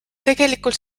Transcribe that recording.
tegelikult